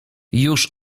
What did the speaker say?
już